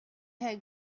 had